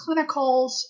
clinicals